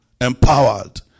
empowered